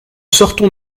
sortons